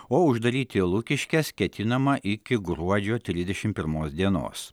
o uždaryti lukiškes ketinama iki gruodžio trisdešim pirmos dienos